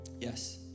Yes